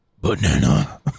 Banana